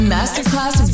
Masterclass